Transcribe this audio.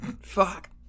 Fuck